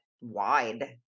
wide